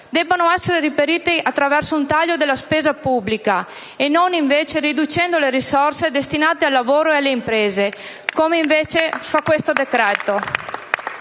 debbano esser reperite attraverso un taglio della spesa pubblica e non invece riducendo le risorse destinate al lavoro e alle imprese, come fa questo decreto